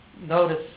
Notice